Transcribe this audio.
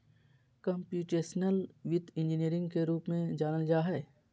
computational वित्त engineering के रूप में जानल जा हइ